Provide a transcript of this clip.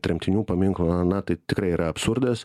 tremtinių paminklo ana tai tikrai yra absurdas